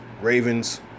Ravens